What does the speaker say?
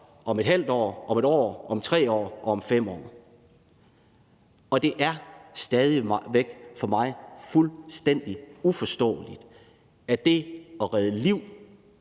om ½ år, om 1 år, om 3 år og om 5 år. Det er mig stadig væk fuldstændig uforståeligt, at det at redde liv,